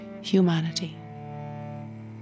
humanity